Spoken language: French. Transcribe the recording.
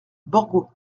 borgo